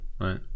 right